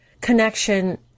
connection